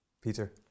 Peter